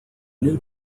new